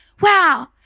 wow